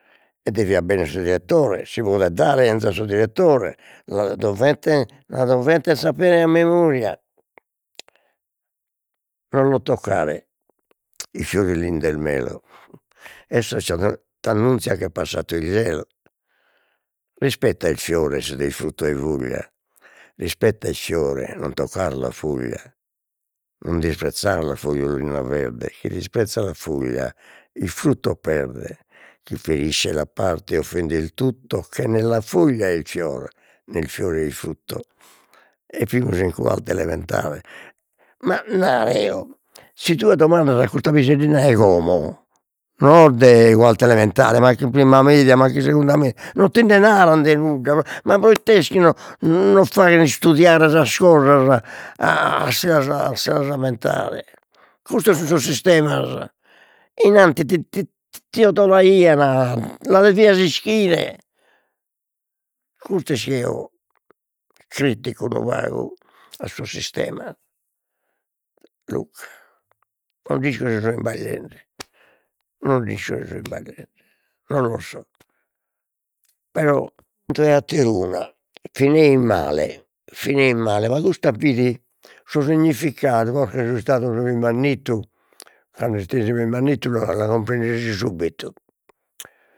E deviat benner su direttore si podet dare 'enzat su direttore la dovete la dovete sapere a memoria pro toccare i fiorellin del melo t'annunzian che è passato il gelo rispetta il fiore se del frutto e voglia rispetta il fiore non toccar la foglia non disprezzar la fogliolina verde chi disprezza la foglia il frutto perde chi ferisce la parte offende il tutto che nella foglia è il fiore nel fiore è il frutto e fimus in quarta elementare, ma nar'eo si tue domandas a custa piseddina 'e como, non de quarta elementare, mancu in primma media, mancu in segunda media, non tinde naran de nudda, ma ma proite est chi non faghen istudiare sas cosas a si las si las ammentare, custos sun sos sistemas innanti ti ti 'odolaian, la devias ischire, custu est chi eo critico unu pagu a sos sistemas non nd'isco si so isbagliende, non nd'isco si so isbagliende, non lo so, però atter'una chi neit male fineit male ma custa fit su significadu, posca chi so istadu su pius mannittu, tando istesi pius mannittu la cumprendesi subbitu